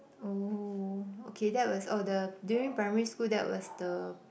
oh okay that was oh the during primary school that was the